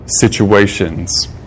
situations